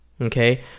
Okay